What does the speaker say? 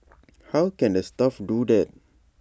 how can the staff do that